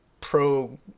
pro